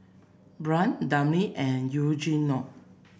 Brant Daphne and Eugenio